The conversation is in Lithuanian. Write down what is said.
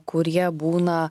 kurie būna